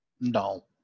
No